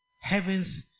heaven's